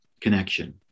connection